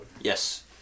yes